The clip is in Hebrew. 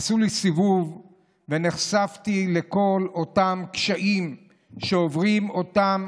עשו לי סיבוב ונחשפתי לכל אותם קשיים שעוברים אותם